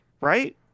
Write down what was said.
right